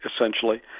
essentially